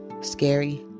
scary